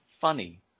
funny